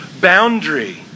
boundary